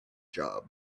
job